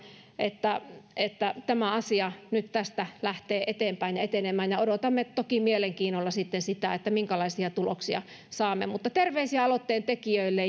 että että tämä asia nyt tästä lähtee eteenpäin ja etenemään odotamme toki mielenkiinnolla minkälaisia tuloksia sitten saamme mutta terveisiä aloitteen tekijöille